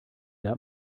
got